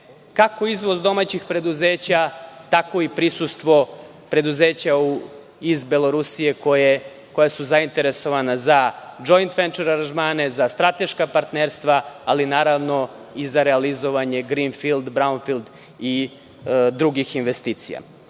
kako izvoz domaćih preduzeća tako i prisustvo preduzeća iz Belorusije koja su zainteresovana za „Džoint fenčer aranžmane“, za strateška partnerstva, ali i za realizovanje grinfild, braunfild i drugih investicija. Poslanički